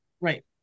Right